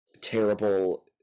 terrible